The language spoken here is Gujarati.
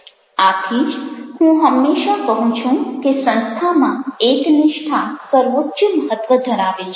આથી જ હું હંમેશા કહું છું કે સંસ્થામાં એકનિષ્ઠા સર્વોચ્ય મહત્વ ધરાવે છે